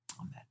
Amen